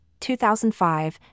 2005